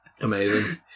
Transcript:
amazing